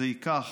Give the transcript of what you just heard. זה ייקח